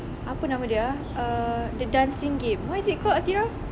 apa nama dia ah the dancing game what is it called athirah